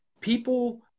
people